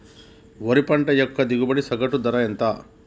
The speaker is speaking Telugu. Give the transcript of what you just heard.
వరి పంట యొక్క దిగుబడి సగటు ధర ఎంత?